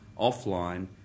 offline